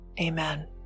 Amen